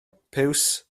piws